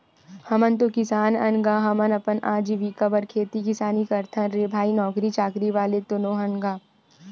हमन तो किसान अन गा, हमन अपन अजीविका बर खेती किसानी करथन रे भई नौकरी चाकरी वाले तो नोहन गा